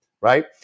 right